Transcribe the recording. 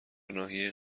ناحیه